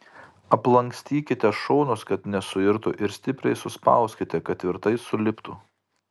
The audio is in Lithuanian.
aplankstykite šonus kad nesuirtų ir stipriai suspauskite kad tvirtai suliptų